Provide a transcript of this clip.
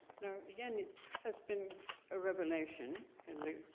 now, again it has been a revelation, and